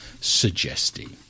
suggesting